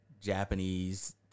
Japanese